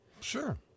Sure